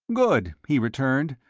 good, he returned,